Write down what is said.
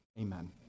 Amen